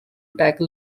tackle